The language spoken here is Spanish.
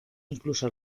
incluso